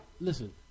listen